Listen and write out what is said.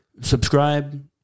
subscribe